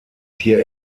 tier